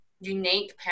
unique